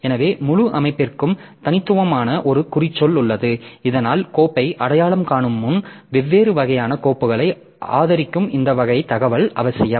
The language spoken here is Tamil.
எனவே முழு அமைப்பிற்கும் தனித்துவமான ஒரு குறிச்சொல் உள்ளது இதனால் கோப்பை அடையாளம் காணும் வெவ்வேறு வகையான கோப்புகளை ஆதரிக்கும் இந்த வகை தகவல் அவசியம்